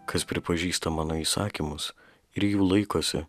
kas pripažįsta mano įsakymus ir jų laikosi